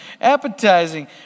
appetizing